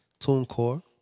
TuneCore